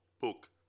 book